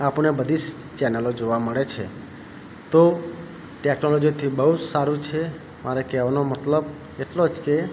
આપણે બધી ચેનલો જોવા મળે છે તો ટેકનોલોજીથી બહુ જ સારું છે મારે કહેવાનો મતલબ એટલો જ કે